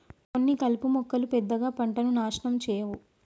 కొన్ని కలుపు మొక్కలు పెద్దగా పంటను నాశనం చేయవు